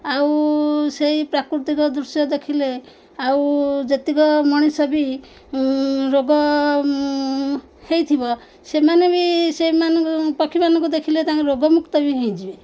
ଆଉ ସେଇ ପ୍ରାକୃତିକ ଦୃଶ୍ୟ ଦେଖିଲେ ଆଉ ଯେତିକ ମଣିଷ ବି ରୋଗ ହେଇଥିବ ସେମାନେ ବି ସେମାନ ପକ୍ଷୀମାନଙ୍କୁ ଦେଖିଲେ ତାଙ୍କୁ ରୋଗମୁକ୍ତ ବି ହେଇଯିବେ